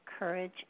courage